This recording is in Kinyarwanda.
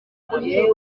guhinga